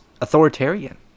authoritarian